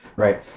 Right